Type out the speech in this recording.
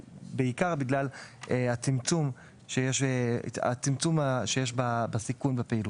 בעיקר בגלל הצמצום שיש בסיכון בפעילות.